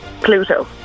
Pluto